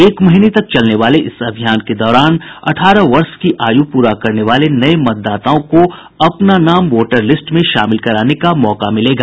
एक महीने तक चलने वाले इस अभियान के दौरान अठारह वर्ष की आयु पूरा करने वाले नये मतदाताओं को अपना नाम वोटर लिस्ट में शामिल कराने का मौका मिलेगा